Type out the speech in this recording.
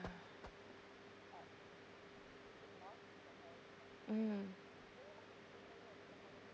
mm